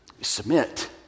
Submit